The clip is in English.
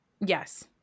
Yes